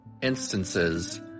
instances